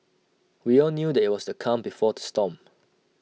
we all knew that IT was the calm before the storm